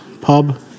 Pub